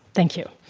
thank you.